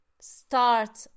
start